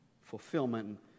fulfillment